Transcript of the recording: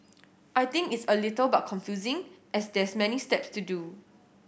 I think it's a little but confusing as there's many step to do